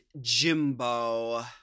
Jimbo